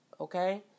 okay